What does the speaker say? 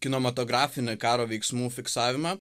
kinomatografinį karo veiksmų fiksavimą